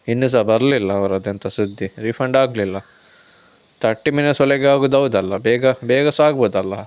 ಇನ್ನು ಸಹ ಬರಲಿಲ್ಲ ಅವರದೆಂತ ಸುದ್ದಿ ರೀಫಂಡ್ ಆಗಲಿಲ್ಲ ತರ್ಟಿ ಮಿನಿಟ್ಸ್ ಒಳಗೆ ಆಗುದು ಹೌದಲ್ಲ ಬೇಗ ಬೇಗ ಸಹ ಆಗ್ಬೋದಲ್ಲಾ